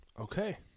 Okay